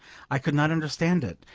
i could not understand it.